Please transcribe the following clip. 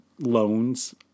loans